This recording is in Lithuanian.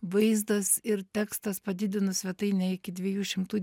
vaizdas ir tekstas padidinus svetainę iki dviejų šimtų